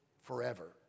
forever